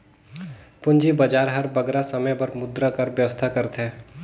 पूंजी बजार हर बगरा समे बर मुद्रा कर बेवस्था करथे